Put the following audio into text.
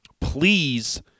please